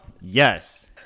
yes